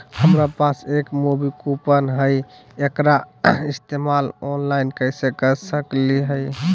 हमरा पास एक मूवी कूपन हई, एकरा इस्तेमाल ऑनलाइन कैसे कर सकली हई?